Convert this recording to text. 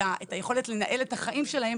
את היכולת לנהל את החיים שלהם,